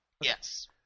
Yes